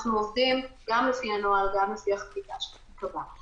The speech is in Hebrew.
אנחנו עובדים גם לפי הנוהל וגם לפי החקיקה שתיקבע.